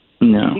No